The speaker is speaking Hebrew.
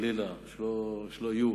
חלילה שלא יהיו,